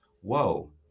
whoa